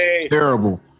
terrible